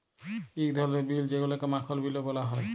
ইক ধরলের বিল যেগুলাকে মাখল বিলও ব্যলা হ্যয়